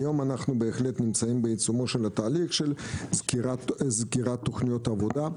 היום אנחנו בהחלט נמצאים בעיצומו של תהליך של סגירת תוכניות עבודה.